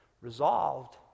resolved